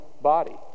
body